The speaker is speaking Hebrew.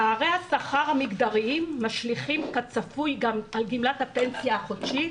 פערי השכר המגדריים משליכים כצפוי גם על גמלת הפנסיה החודשית,